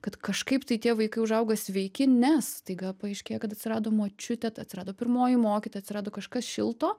kad kažkaip tai tie vaikai užauga sveiki nes staiga paaiškėja kad atsirado močiutė atsirado pirmoji mokytoja atsirado kažkas šilto